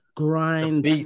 Grind